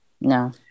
No